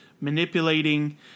manipulating